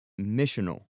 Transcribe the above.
missional